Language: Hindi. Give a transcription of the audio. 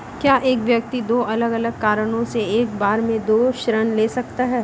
क्या एक व्यक्ति दो अलग अलग कारणों से एक बार में दो ऋण ले सकता है?